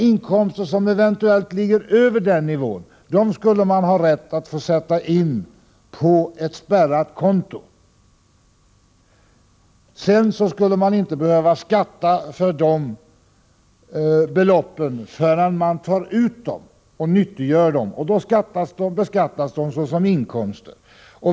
Inkomster som eventuellt ligger över den nivån skulle man ha rätt att sätta in på ett spärrat konto. Sedan skulle man inte behöva skatta för de beloppen förrän man tar ut dem och nyttiggör dem. Då beskattas de såsom inkomster.